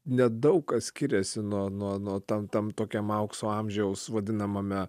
ne daug kas skiriasi nuo to tam tokiam aukso amžiaus vadinamame